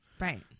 Right